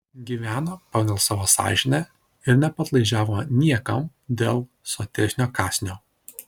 gyveno pagal savo sąžinę ir nepadlaižiavo niekam dėl sotesnio kąsnio